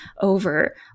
over